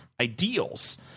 ideals